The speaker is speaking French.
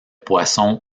poissons